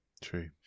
true